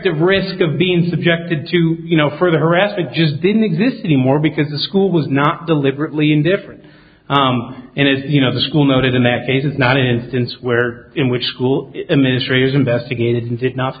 the risk of being subjected to you know further harassment just didn't exist anymore because the school was not deliberately indifferent and you know the school noted in that case is not an instance where in which school administrators investigated is it not